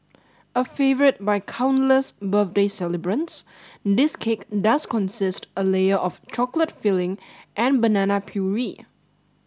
a favourite by countless birthday celebrants this cake does consist a layer of chocolate filling and banana puree